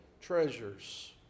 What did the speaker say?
treasures